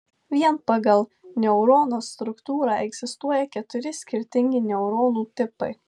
vien pagal neurono struktūrą egzistuoja keturi skirtingi neuronų tipai